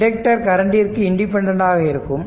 inductor கரண்ட்டிற்கு independent ஆக இருக்கும்